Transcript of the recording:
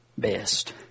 best